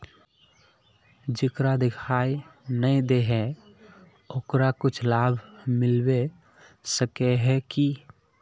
जेकरा दिखाय नय दे है ओकरा कुछ लाभ मिलबे सके है की?